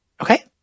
Okay